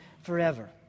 forever